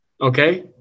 Okay